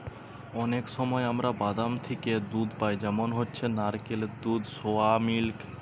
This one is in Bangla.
অনেক সময় আমরা বাদাম থিকে দুধ পাই যেমন হচ্ছে নারকেলের দুধ, সোয়া মিল্ক